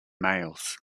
males